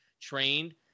trained